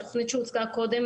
התוכנית שהוצגה קודם